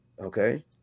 okay